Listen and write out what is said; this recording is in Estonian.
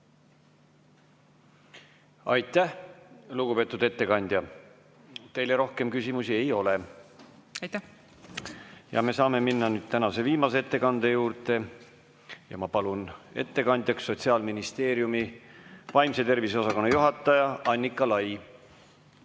Aitäh, lugupeetud ettekandja! Teile rohkem küsimusi ei ole. Ja me saame minna tänase viimase ettekande juurde. Ma palun ettekandjaks Sotsiaalministeeriumi vaimse tervise osakonna juhataja Anniki Lai.